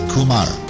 Kumar